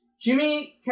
Jimmy